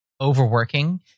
overworking